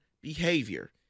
behavior